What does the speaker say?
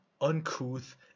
uncouth